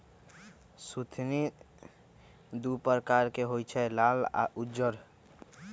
सुथनि दू परकार के होई छै लाल आ उज्जर